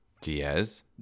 diaz